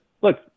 look